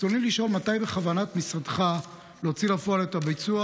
ברצוני לשאול: 1. מתי בכוונת משרדך להוציא לפועל את הביצוע?